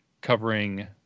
covering